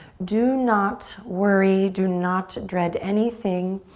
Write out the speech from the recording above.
do not worry. do not dread anything.